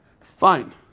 Fine